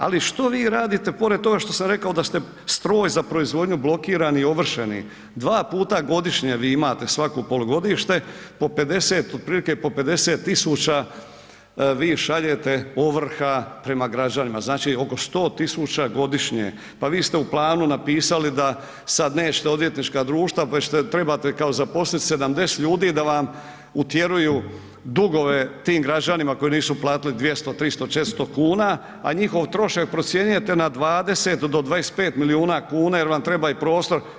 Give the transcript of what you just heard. Ali što vi radite pored toga što sam rekao da ste stroj za proizvodnju blokiranih i ovršenih, dva puta godišnje vi imate svako polugodište otprilike po 50.000 vi šaljete ovrha prema građanima, znači oko 100.000 godišnje, pa vi ste u planu napisali da sada nećete odvjetnička društva pa trebate kao zaposliti 70 ljudi da vam utjeruju dugove tim građanima koji nisu platili 200, 300, 400 kuna, a njihov trošak procjenjujete na 20 do 25 milijuna kuna jer vam treba i prostor.